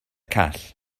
call